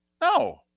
No